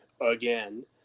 again